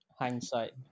Hindsight